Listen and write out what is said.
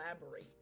elaborate